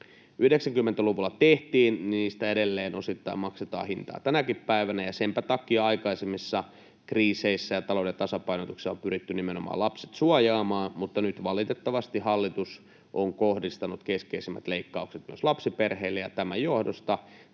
90-luvulla tehtiin, edelleen osittain maksetaan hintaa tänäkin päivänä, ja senpä takia aikaisemmissa kriiseissä ja talouden tasapainotuksissa on pyritty nimenomaan lapset suojaamaan, mutta nyt valitettavasti hallitus on kohdistanut keskeisimmät leikkaukset myös lapsiperheille, ja asiantuntijat